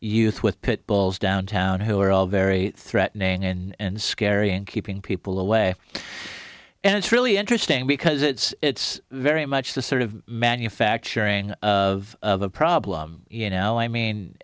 youth with pitbulls downtown who are all very threatening and scary and keeping people away and it's really interesting because it's very much the sort of manufacturing of a problem you know i mean